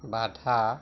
বাধা